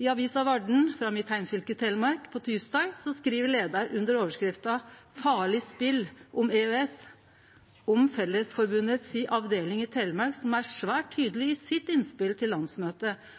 I avisa Varden frå mitt heimfylke, Telemark, på tysdag skriv ein i leiaren under overskrifta «Farlig spill om EØS» om Fellesforbundet si avdeling i Telemark, som er svært tydeleg i sitt innspel til landsmøtet